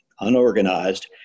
unorganized